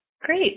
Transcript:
Great